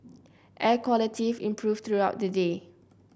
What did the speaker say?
air quality improved throughout the day